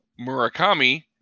murakami